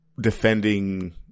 defending